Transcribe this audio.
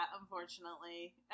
unfortunately